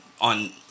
on